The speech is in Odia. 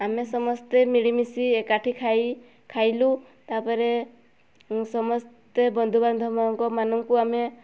ଆମେ ସମସ୍ତେ ମିଳିମିଶି ଏକାଠି ଖାଇ ଖାଇଲୁ ତା'ପରେ ସମସ୍ତେ ବନ୍ଧୁ ବାନ୍ଧବଙ୍କ ମାନଙ୍କୁ ଆମେ